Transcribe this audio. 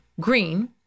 green